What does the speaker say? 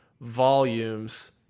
volumes